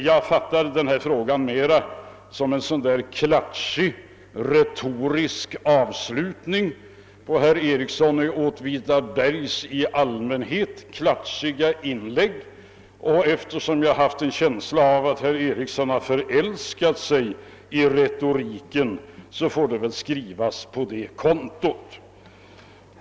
Jag fattade frågan mest som en sådan där klatschig retorisk avslutning på herr Ericssons i allmänhet klatschiga inlägg. Eftersom jag har en känsla av att herr Ericsson har förälskat sig i retoriken, får det väl skrivas på dess konto.